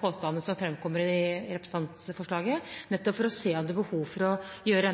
påstandene som framkommer i representantforslaget, nettopp for å se om det er behov for å gjøre endringer. Jeg skal være den